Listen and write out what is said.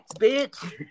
bitch